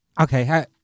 Okay